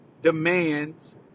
Demands